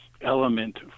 element